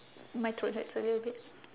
my throat hurts a little bit